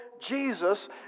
Jesus